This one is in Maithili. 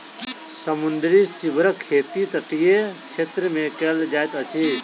समुद्री सीवरक खेती तटीय क्षेत्र मे कयल जाइत अछि